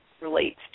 relates